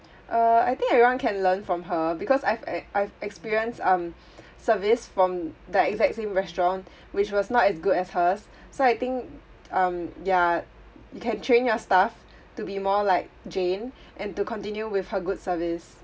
uh I think everyone can learn from her because I've eh I've experienced um service from the exact same restaurant which was not as good as hers so I think um yeah you can train your staff to be more like jane and to continue with her good service